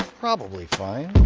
probably fine,